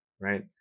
right